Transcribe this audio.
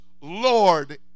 Lord